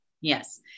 Yes